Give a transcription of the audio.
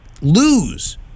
lose